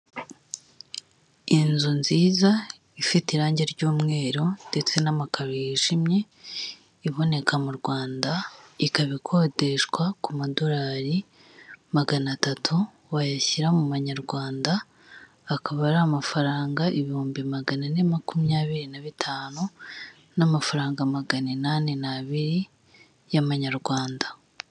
Inzu nziza ifite irangi ry'umweru ndetse n'amakaro yijimye iboneka mu Rwanda ikaba ikodeshwa ku madolari magana atatu wayashyira mu mananyarwanda akaba ari amafaranga ibihumbi magana ane makumyabiri na bitanu n'amafaranga magana inani n'abiri y'amanyarwanda.